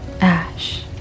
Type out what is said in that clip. ash